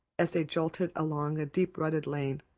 as they jolted along a deep-rutted lane.